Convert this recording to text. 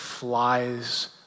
flies